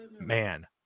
Man